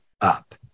up